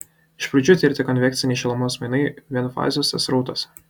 iš pradžių tirti konvekciniai šilumos mainai vienfaziuose srautuose